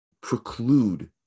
preclude